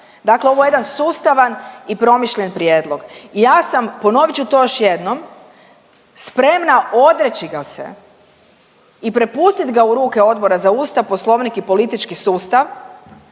Dakle, ovo je jedan sustavan i promišljen prijedlog. I ja sam, ponovit ću to još jednom spremna odreći ga se i prepustit ga u ruke Odbora za Ustav, Poslovnik i politički sustav